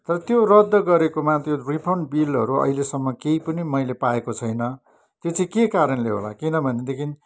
र त्यो रद्द गरेकोमा त्यो रिफन्ड बिलहरू अहिलेसम्म केही पनि मैले पाएको छैन त्यो चाहिँ के कारणले होला किनभने देखिन्